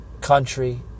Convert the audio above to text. country